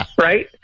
Right